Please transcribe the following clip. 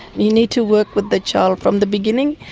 you need to work with the child from the beginning,